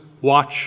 watch